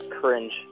cringe